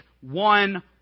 one